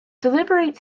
deliberate